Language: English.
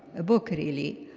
a book really,